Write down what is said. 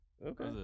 Okay